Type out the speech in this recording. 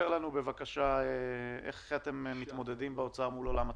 בבקשה איך אתם מתמודדים באוצר מול עולם התרבות.